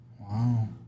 Wow